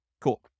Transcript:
Cool